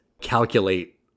calculate